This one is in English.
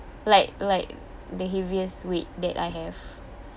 like like the heaviest weight that I have